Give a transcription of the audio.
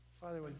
Father